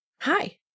Hi